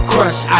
Crush